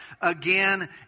again